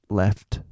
left